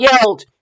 yelled